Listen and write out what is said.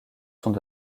sont